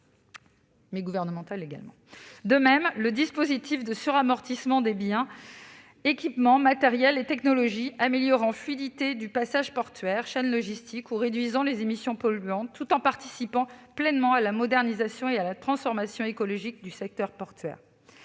de même pour le dispositif de suramortissement des biens, équipements, matériels et technologies améliorant la fluidité du passage portuaire et la chaîne logistique ou réduisant les émissions polluantes, tout en participant pleinement à la modernisation et à la transformation écologique du secteur portuaire.